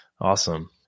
Awesome